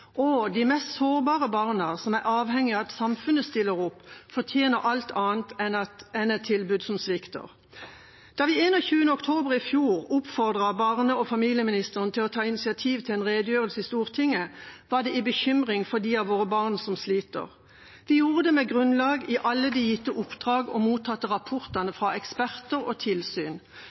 og de mest sårbare barna, som er avhengige av at samfunnet stiller opp, fortjener alt annet enn et tilbud som svikter. Da vi 21. oktober i fjor oppfordret barne- og familieministeren til å ta initiativ til en redegjørelse i Stortinget, var det i bekymring for de av våre barn som sliter. Vi gjorde det med grunnlag i alle de gitte oppdragene og mottatte rapportene fra eksperter og tilsyn,